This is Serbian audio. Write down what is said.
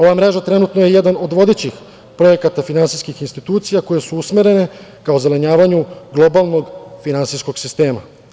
Ova mreža trenutno je jedan od vodećih projekata finansijskih institucija koje su usmerene ka ozelenjavanju globalnog finansijskog sistema.